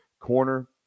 Corner